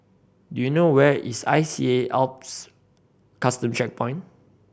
do you know where is I C A Alps Custom Checkpoint